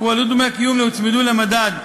הועלו דמי הקיום והוצמדו למדד.